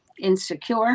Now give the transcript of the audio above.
insecure